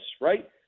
right